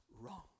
wrong